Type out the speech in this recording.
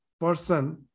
person